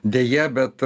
deja bet